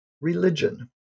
religion